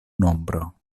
nombro